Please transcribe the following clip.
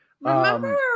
Remember